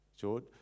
George